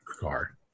car